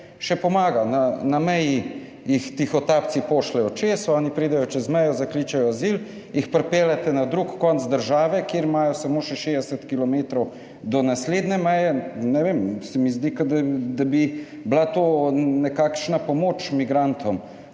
še pomaga. Na meji jih tihotapci pošljejo čez, oni pridejo čez mejo, zakličejo azil, jih pripeljete na drug konec države, od koder imajo samo še 60 kilometrov do naslednje meje. Ne vem, se mi zdi, kot da bi bila to nekakšna pomoč migrantom.